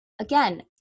again